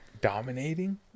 dominating